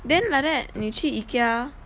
then like that 你去 ikea